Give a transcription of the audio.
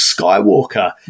Skywalker